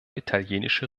italienische